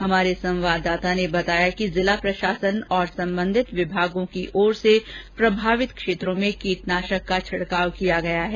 हमारे संवाददाता ने बताया कि जिला प्रशासन और संबंधित विभागों की ओर से प्रभावित क्षेत्रों में कीटनाशक का छिड़काव किया गया है